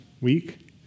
week